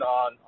on